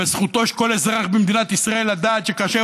וזכותו של כל אזרח במדינת ישראל לדעת שכאשר